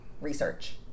research